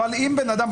אבל אם בן אדם,